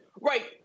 Right